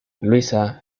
luisa